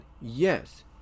yes